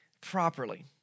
properly